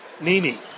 Nini